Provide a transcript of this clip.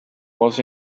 was